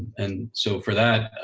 and so for that,